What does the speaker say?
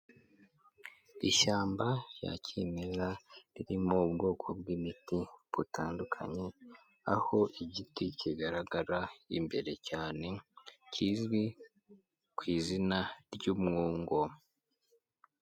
Ishyamba ya kimeza ririmo bwoko bw'imiti butandukanye, aho igiti kigaragara imbere cyane kizwi ku izina ry'umwungo.